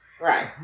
Right